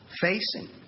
Facing